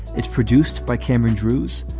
it's produced by cameron drewes.